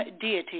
Deity